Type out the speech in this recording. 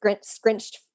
scrunched